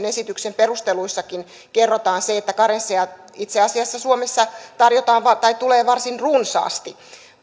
esityksen perusteluissakin kerrotaan se että karensseja itse asiassa suomessa tulee varsin runsaasti